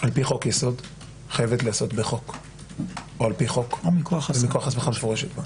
על פי חוק יסוד חייבת להיעשות על פי חוק או מכוח הסמכה מפורשת.